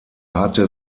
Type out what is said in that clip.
hatte